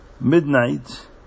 midnight